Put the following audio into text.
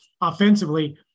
offensively